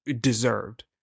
deserved